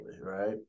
right